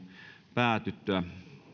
päätyttyä